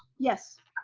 yes.